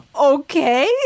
okay